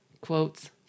quotes